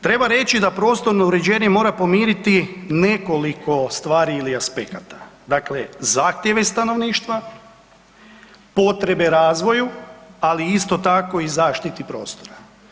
Treba reći da prostorno uređenje mora pomiriti nekoliko stvari ili aspekata dakle zahtjeve stanovništva, potrebe razvoju, ali isto tako i zaštiti prostora.